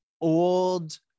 old